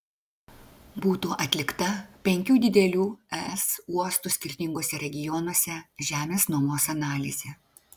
būtų atlikta penkių didelių es uostų skirtinguose regionuose žemės nuomos analizė